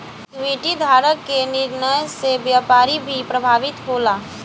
equity धारक के निर्णय से व्यापार भी प्रभावित होला